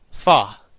Fa